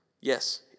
Yes